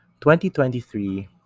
2023